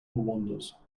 wanders